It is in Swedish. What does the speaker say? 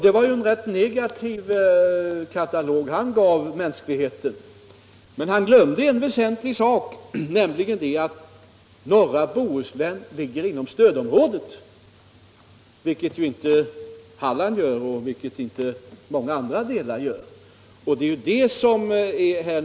Det var en rätt negativ katalog han gav mänskligheten. Men han glömde en väsentlig sak, nämligen att norra Bohuslän ligger inom stödområdet, vilket inte Halland gör och vilket många andra delar av landet inte heller gör.